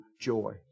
joy